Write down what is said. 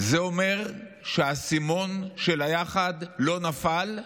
זה אומר שהאסימון של "יחד" לא נפל,